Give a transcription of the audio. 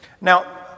now